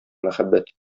мәхәббәт